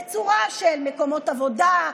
בצורה של מקומות עבודה,